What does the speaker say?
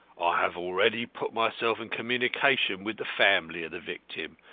have already put myself in communication with the family of the victim,